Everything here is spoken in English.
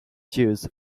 juice